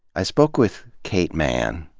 i spoke with kate manne,